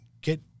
get